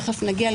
ותיכף נגיע,